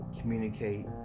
communicate